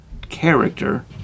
character